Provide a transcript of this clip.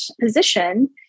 position